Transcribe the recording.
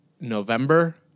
November